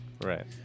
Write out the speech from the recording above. Right